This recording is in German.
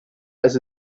als